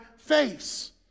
face